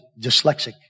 dyslexic